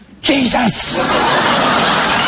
Jesus